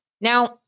Now